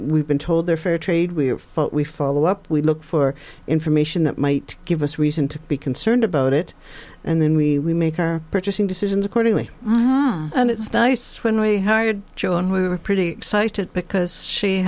we've been told their fair trade we felt we follow up we look for information that might give us reason to be concerned about it and then we make our purchasing decisions accordingly and it's nice when we hired joe and we were pretty excited because she